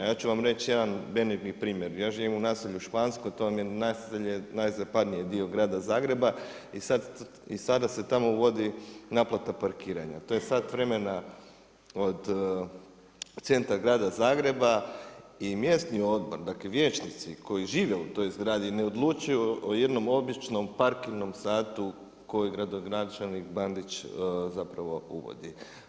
Ja ću vam reći jedan benigni primjer, ja živim u naselju Špansko, to vam je naselje, najzapadniji dio grada Zagreba i sada se tamo uvodi naplata parkiranja, … vremena od centra grada Zagreba i mjesni odbor, dakle vijećnici koji žive u toj zgradi ne odlučuju o jednom običnom parkirnom satu koji gradonačelnik Bandić zapravo uvodi.